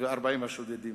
ו-40 השודדים.